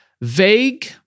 vague